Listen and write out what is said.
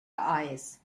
eyes